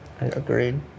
Agreed